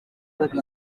babiri